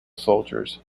soldiers